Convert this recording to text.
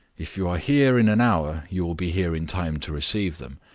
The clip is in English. if you are here in an hour, you will be here in time to receive them.